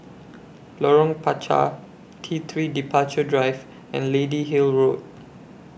Lorong Panchar T three Departure Drive and Lady Hill Road